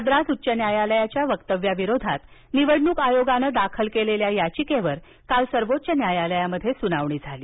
मद्रास उच्च न्यायालयाच्या वक्तव्याविरोधात निवडणूक आयोगानं दाखल केलेल्या याचिकेवर काल सर्वोच्च न्यायालयात सुनावणी झाली